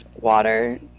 water